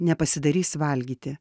nepasidarys valgyti